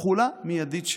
תחולה מיידית שלהם,